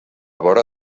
vora